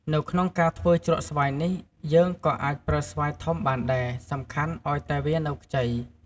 នៅក្នុងការធ្វើជ្រក់ស្វាយនេះ យើងក៏អាចប្រើស្វាយធំបានដែរ សំខាន់ឱ្យតែវានៅខ្ចី។